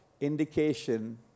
indication